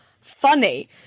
funny